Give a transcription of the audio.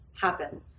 happen